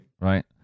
Right